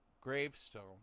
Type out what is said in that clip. gravestone